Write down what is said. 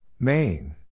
Main